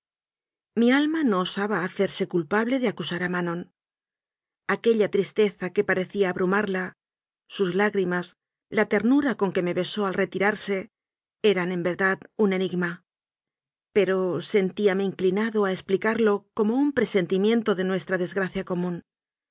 mi alma no osaba hacerse culpable de acusar a manon aquella tris teza que parecía abrumarla sus lágrimas la ter nura con que me besó al retirarse eran en ver dad un enigma pero sentíame inclinado a expli carlo como un presentimiento de nuestra desgra cia común